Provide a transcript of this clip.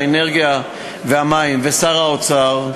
האנרגיה והמים ושר האוצר,